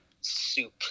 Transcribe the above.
soup